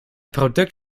product